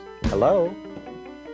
Hello